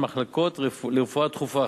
מחלקות לרפואה דחופה,